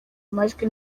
majwi